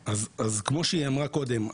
--- אז כמו שזאלו אמרה קודם,